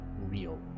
real